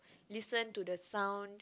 listen to the sound